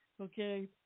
Okay